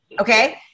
okay